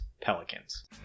Pelicans